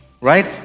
Right